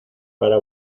para